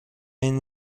این